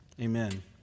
amen